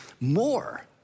more